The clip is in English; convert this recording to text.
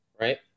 Right